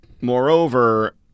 Moreover